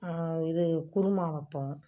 இது குருமா வைப்போம்